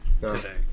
Today